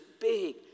big